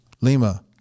Lima